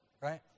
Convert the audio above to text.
right